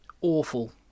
awful